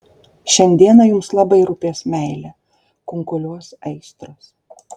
šiandieną jums labai rūpės meilė kunkuliuos aistros